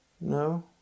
No